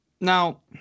Now